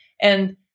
And-